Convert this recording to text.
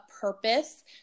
purpose